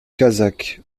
kazakh